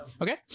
okay